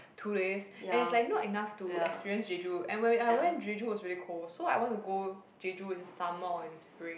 two days and it's like not enough to experience Jeju and when we we~ I went Jeju was very cold so I want to go Jeju in summer or in spring